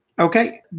Okay